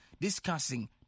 discussing